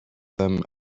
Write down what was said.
them